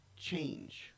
change